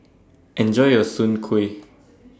Enjoy your Soon Kuih